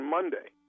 Monday